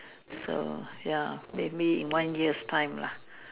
so ya maybe in one years time lah